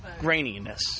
graininess